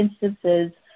instances